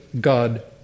God